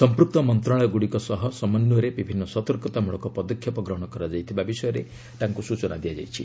ସମ୍ପୁକ୍ତ ମନ୍ତ୍ରଣାଳୟଗୁଡ଼ିକ ସହ ସମନ୍ୱୟରେ ବିଭିନ୍ନ ସତର୍କତାମ୍ବଳକ ପଦକ୍ଷେପ ଗ୍ରହଣ କରାଯାଇଥିବା ବିଷୟରେ ତାଙ୍କୁ ସ୍ୱଚନା ଦିଆଯାଇଛି